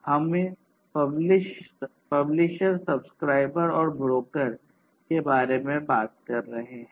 हम publisher subscriber और broker के बारे में बात कर रहे हैं